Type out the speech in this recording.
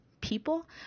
people